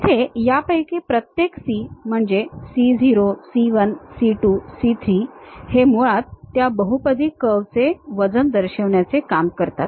येथे यापैकी प्रत्येक c म्हणजे c0 c 1 c 2 c 3 हे मुळात त्या बहुपदी कर्वचे वजन दर्शवन्याचे काम करतात